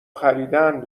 خریدن